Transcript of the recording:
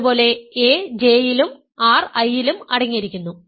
അതുപോലെ a J യിലും r I യിലും അടങ്ങിയിരിക്കുന്നു